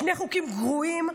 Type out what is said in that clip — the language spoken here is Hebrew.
שני חוקים גרועים,